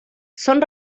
son